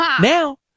now